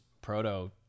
proto